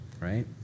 right